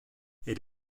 elle